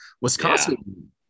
Wisconsin